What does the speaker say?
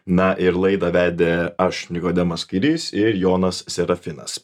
na ir laidą vedė aš nikodemas kairys ir jonas serafinas